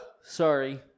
Sorry